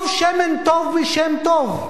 טוב שמן טוב משם טוב.